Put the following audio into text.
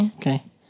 okay